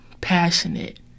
passionate